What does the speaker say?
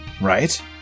right